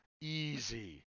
easy